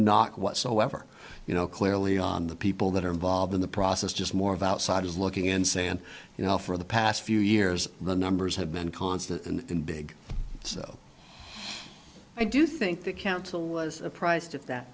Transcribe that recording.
knock whatsoever you know clearly on the people that are involved in the process just more of outsiders looking in say and you know for the past few years the numbers have been constant and big so i do think the council was surprised at that